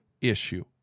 issue